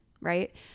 right